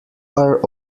are